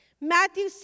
Matthew